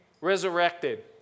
resurrected